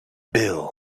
bill